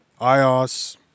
iOS